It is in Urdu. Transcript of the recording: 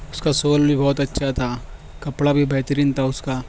اس کا سول بھی بہت اچھا تھا کپڑا بھی بہترین تھا اس کا